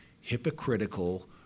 hypocritical